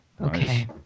Okay